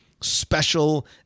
special